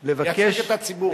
לבקש, לייצג את הציבור.